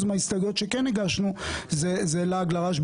מההסתייגויות שכן הגשנו זה לעג לרש,